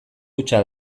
hutsa